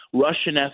Russian